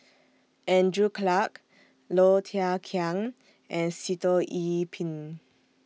Andrew Clarke Low Thia Khiang and Sitoh Yih Pin